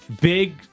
Big